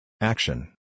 Action